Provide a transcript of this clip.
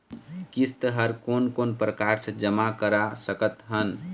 किस्त हर कोन कोन प्रकार से जमा करा सकत हन?